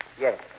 Yes